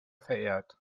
verehrt